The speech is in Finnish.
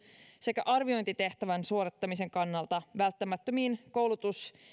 sekä arviointitehtävän suorittamisen kannalta välttämättömiin koulutus